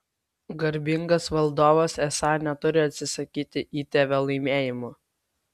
garbingas valdovas esą neturi atsisakyti įtėvio laimėjimų